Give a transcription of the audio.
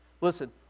Listen